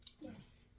Yes